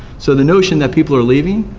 so the notion that people are leaving,